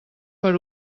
per